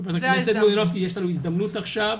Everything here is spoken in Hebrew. יש לנו הזדמנות עכשיו,